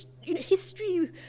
history